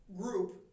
group